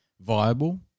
viable